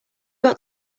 got